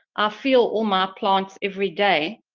i feel all my plants everyday,